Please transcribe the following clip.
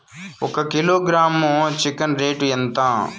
ఒక kilogram chicken rate ఎంత?